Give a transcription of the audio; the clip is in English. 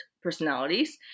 Personalities